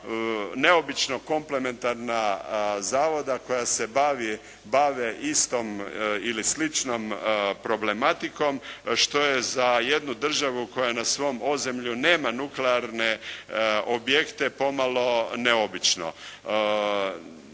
neobično komplementarna zavoda koja se bave istom ili sličnom problematikom, a što je za jednu državu koja na svom ozemlju nema nuklearne objekte pomalo neobično.